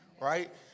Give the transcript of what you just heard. Right